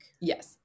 Yes